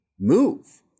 move